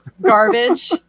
garbage